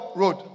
road